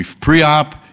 pre-op